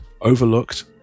overlooked